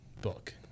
book